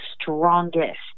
strongest